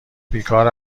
بیکار